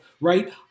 right